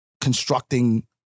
constructing